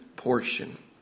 portion